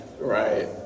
Right